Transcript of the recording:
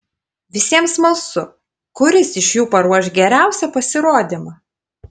visiems smalsu kuris iš jų paruoš geriausią pasirodymą